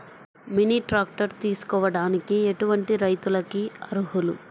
Mini tractor తీసుకోవడానికి ఎటువంటి రైతులకి అర్హులు?